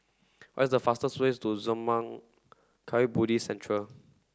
what is the fastest way to Zurmang Kagyud Buddhist Centre